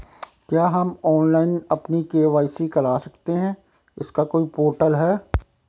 क्या हम ऑनलाइन अपनी के.वाई.सी करा सकते हैं इसका कोई पोर्टल है?